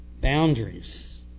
boundaries